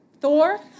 Thor